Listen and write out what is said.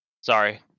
sorry